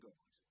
God